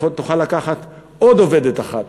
שהיא תוכל לקחת עוד עובדת אחת.